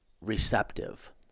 receptive